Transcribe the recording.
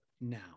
now